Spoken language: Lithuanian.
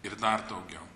ir dar daugiau